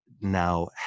now